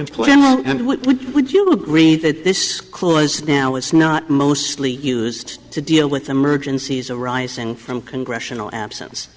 employment and what would you agree that this close now it's not mostly used to deal with emergencies arising from congressional absence